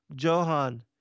Johan